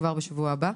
בשבוע הבא,